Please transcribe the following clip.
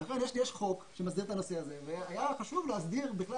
יש חוק שמסדיר את הנושא הזה והיה חשוב להסדיר בכלל